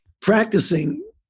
practicing